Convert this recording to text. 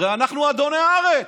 הרי אנחנו אדוני הארץ.